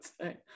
say